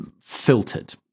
filtered